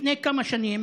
לפני כמה שנים